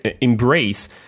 embrace